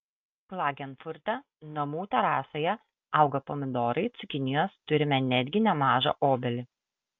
klagenfurte namų terasoje auga pomidorai cukinijos turime netgi nemažą obelį